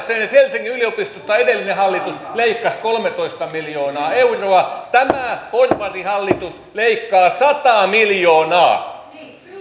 sen että helsingin yliopistolta edellinen hallitus leikkasi kolmetoista miljoonaa euroa tämä porvarihallitus leikkaa sata miljoonaa